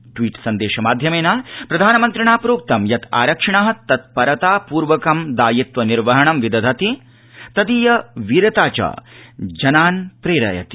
tweet संदेश माध्यमेन प्रधानमन्द्रिणा प्रोक्तं यत् आरक्षिण तत्परतापूर्वाः दायित्व निर्वहणं विदधति तदीय वीरता च जनान् प्रेरयति